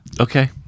Okay